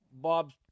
Bob